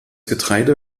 getreide